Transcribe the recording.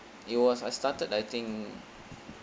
it was I started I think